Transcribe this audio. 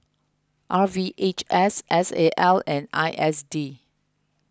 R V H S S A L and I S D